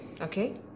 okay